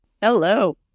Hello